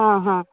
ಹಾಂ ಹಾಂ